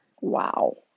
Wow